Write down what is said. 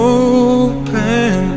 open